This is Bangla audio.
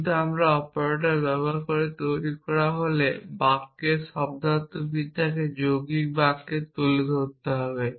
কিন্তু আমরা অপারেটর ব্যবহার করে তৈরি করা হলে বাক্যের শব্দার্থবিদ্যাকে যৌগিক বাক্যে তুলে ধরতে হবে